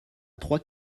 trois